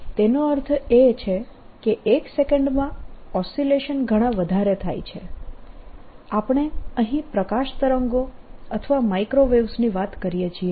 તેનો અર્થ એ છે કે એક સેકન્ડમાં ઓસિલેશન ઘણા વધારે થાય છે આપણે અહીં પ્રકાશ તરંગો અથવા માઇક્રોવેવ્સ ની વાત કરીએ છીએ